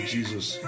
Jesus